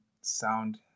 sound